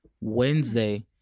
Wednesday